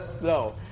No